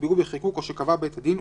שנקבעו בחיקוק או שקבע בית הדין,